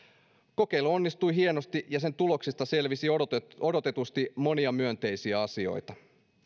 kokeilu onnistui hienosti ja sen tuloksista selvisi odotetusti odotetusti monia myönteisiä asioita